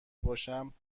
باشم